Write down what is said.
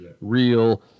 real